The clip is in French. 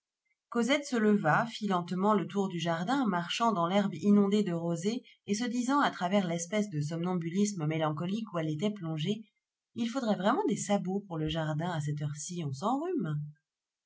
cosette se leva fit lentement le tour du jardin marchant dans l'herbe inondée de rosée et se disant à travers l'espèce de somnambulisme mélancolique où elle était plongée il faudrait vraiment des sabots pour le jardin à cette heure-ci